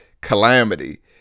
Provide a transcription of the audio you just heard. calamity